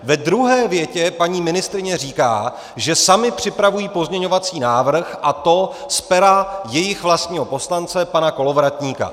V druhé větě paní ministryně říká, že sami připravují pozměňovací návrh, a to z pera jejich vlastního poslance pana Kolovratníka.